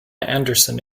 anderson